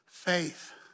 Faith